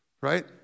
Right